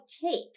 take